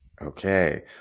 Okay